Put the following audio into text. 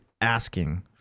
asking